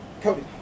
Cody